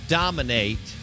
dominate